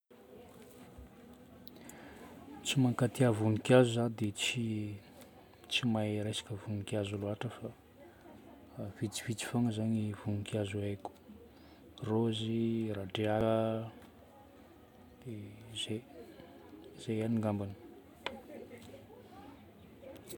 Tsy mankatia voninkazo za dia tsy tsy mahay resaka voninkazo loatra fa vitsivitsy fôgna zagny voninkazo haiko: rôzy, radria, dia zay. Zay ihany ngambany.